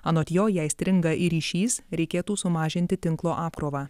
anot jo jei stringa ir ryšys reikėtų sumažinti tinklo apkrovą